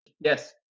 Yes